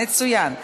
מצוין.